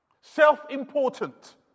self-important